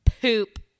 poop